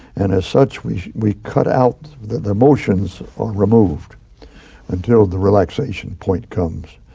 and as such we we cut out the emotions are removed until the relaxation point comes.